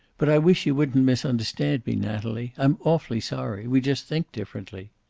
but i wish you wouldn't misunderstand me, natalie. i'm awfully sorry. we just think differently.